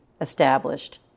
established